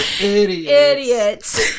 idiots